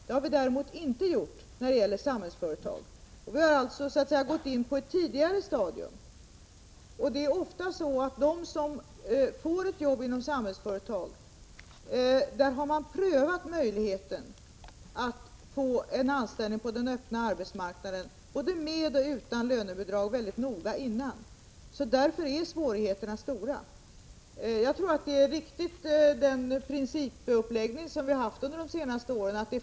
Det har vi däremot inte gjort när det gäller Samhällsföretag. Vi har alltså så att säga gått in på ett tidigare stadium. Det är ofta så, att man när det gäller dem som får ett jobb inom Samhällsföretag dessförinnan väldigt noga har prövat möjligheterna att få till stånd en anställning på den öppna arbetsmarknaden, både med och utan lönebidrag. Därför är svårigheterna stora. Jag tror att det är riktigt att ha en sådan principuppläggning som vi har haft under de senaste åren.